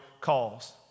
calls